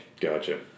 Gotcha